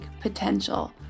potential